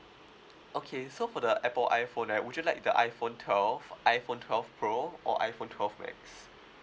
okay so for the Apple iPhone eh would you like the iPhone twelve iPhone twelve pro or iPhone twelve max